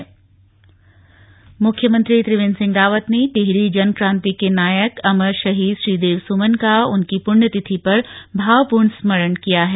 संदेश मुख्यमंत्री त्रिवेन्द्र सिंह रावत ने टिहरी जन क्रांति के नायक अमर शहीद श्रीदेव सुमन का उनकी पुण्य तिथि पर भाव पूर्ण स्मरण किया है